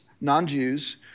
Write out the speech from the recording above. non-Jews